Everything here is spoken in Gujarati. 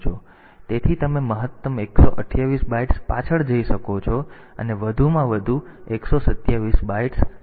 તેથી તમે મહત્તમ 128 બાઇટ્સ પાછળ જઈ શકો છો અને તમે વધુમાં વધુ 127 બાઇટ્સ આગળ આવી શકો છો